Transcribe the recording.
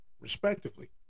respectively